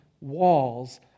walls